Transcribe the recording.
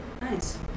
Nice